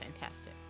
fantastic